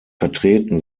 vertreten